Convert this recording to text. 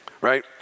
right